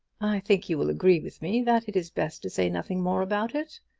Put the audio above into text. i think you will agree with me that it is best to say nothing more about it.